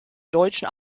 deutschen